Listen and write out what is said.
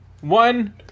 one